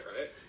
right